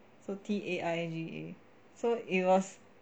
so t a i g a so it was